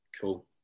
Cool